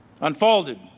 unfolded